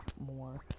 more